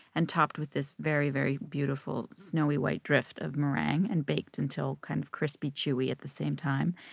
and topped with this very very beautiful, snowy white drift of meringue, and baked until kind of crispy chewy at the same time.